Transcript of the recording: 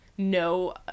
No